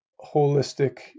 holistic